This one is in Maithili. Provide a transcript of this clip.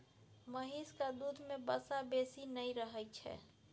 महिषक दूध में वसा बेसी नहि रहइ छै